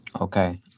Okay